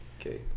Okay